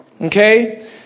Okay